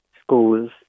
schools